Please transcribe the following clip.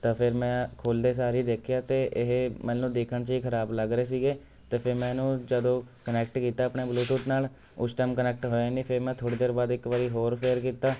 ਤਾਂ ਫਿਰ ਮੈਂ ਖੋਲ੍ਹਦੇ ਸਾਰ ਹੀ ਦੇਖਿਆ ਅਤੇ ਇਹ ਮੈਨੂੰ ਦਿਖਣ 'ਚ ਹੀ ਖਰਾਬ ਲੱਗ ਰਹੇ ਸੀਗੇ ਅਤੇ ਫਿਰ ਮੈਂ ਇਹਨੂੰ ਜਦੋਂ ਕਨੈਕਟ ਕੀਤਾ ਆਪਣੇ ਬਲੂਥੂਥ ਨਾਲ ਉਸ ਟਾਈਮ ਕਨੈਕਟ ਹੋਇਆ ਨਹੀਂ ਫਿਰ ਮੈਂ ਥੋੜ੍ਹੀ ਦੇਰ ਬਾਅਦ ਇੱਕ ਵਾਰੀ ਹੋਰ ਫਿਰ ਕੀਤਾ